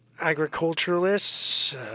agriculturalists